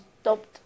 Stopped